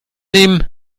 nehmen